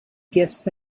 gifts